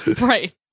Right